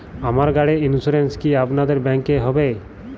আমার গাড়ির ইন্সুরেন্স কি আপনাদের ব্যাংক এ হবে?